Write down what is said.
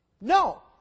No